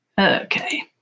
Okay